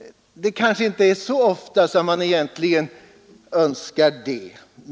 Det kanske inte är så ofta som man önskar det.